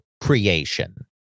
creation